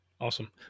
Awesome